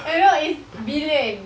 oh no it's billion